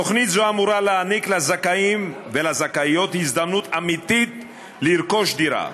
תוכנית זו אמורה להעניק לזכאים ולזכאיות הזדמנות אמיתית לרכוש דירה.